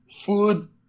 food